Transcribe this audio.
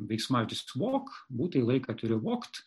veiksmažodis tu vok būtąjį laiką turi vokt